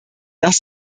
das